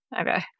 Okay